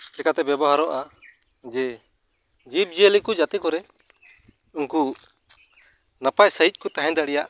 ᱪᱤᱠᱟᱹᱛᱮ ᱵᱮᱵᱚᱦᱟᱨᱚᱜᱼᱟ ᱡᱮ ᱡᱤᱵᱽᱡᱤᱭᱟᱹᱞᱤ ᱠᱚ ᱡᱟᱛᱮ ᱠᱚᱨᱮ ᱩᱱᱠᱩ ᱱᱟᱯᱟᱭ ᱥᱟᱹᱦᱤᱡ ᱠᱚ ᱛᱟᱦᱮᱸ ᱫᱟᱲᱮᱭᱟᱜ